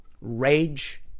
rage